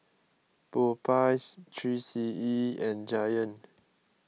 Popeyes three C E and Giant